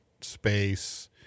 space